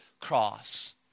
cross